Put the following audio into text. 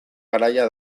garaia